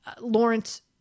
Lawrence